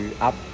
up